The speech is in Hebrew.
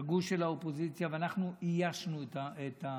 של האופוזיציה ואנחנו איישנו את הוועדות.